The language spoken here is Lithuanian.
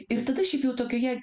ir tada šiaip jau tokioje